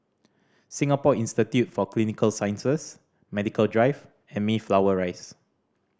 Singapore Institute for Clinical Sciences Medical Drive and Mayflower Rise